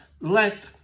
let